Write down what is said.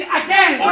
again